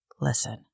listen